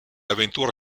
avventure